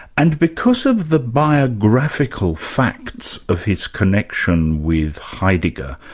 and because of the biographical facts of his connection with heidegger,